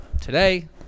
today